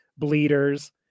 bleeders